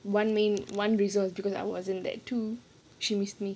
one main one reason because I wasn't there too she miss me